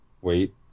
Wait